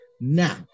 Now